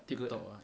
tip top ah